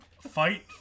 fight